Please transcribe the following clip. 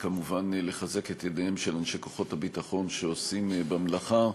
וכמובן לחזק את ידיהם של אנשי כוחות הביטחון שעושים במלאכה.